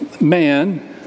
man